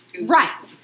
Right